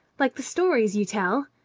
like the stories you tell?